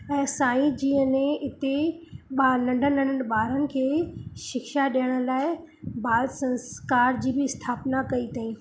ऐं साई जीअं ने हिते ॿार नंढनि नंढनि ॿारनि खे शिक्षा ॾियण लाइ बाल संस्कार जी बि स्थापना कई अथईं